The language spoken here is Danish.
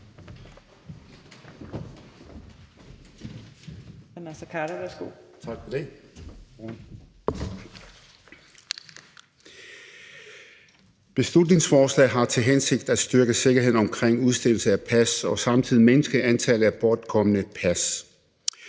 Beslutningsforslaget har til hensigt at styrke sikkerheden omkring udstedelse af pas og samtidig mindske antallet af bortkomne pas.